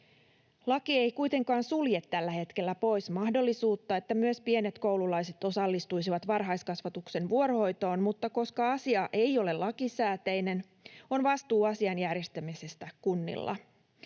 Laki ei kuitenkaan sulje tällä hetkellä pois mahdollisuutta, että myös pienet koululaiset osallistuisivat varhaiskasvatuksen vuorohoitoon, mutta koska asia ei ole lakisääteinen, on vastuu asian järjestämisestä kunnilla.